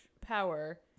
power